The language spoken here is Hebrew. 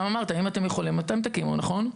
אתה אמרת, אם אתם יכולים אתם תקימו, נכון?